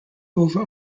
over